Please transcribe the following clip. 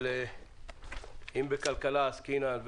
אם בכלכלה עסקינן,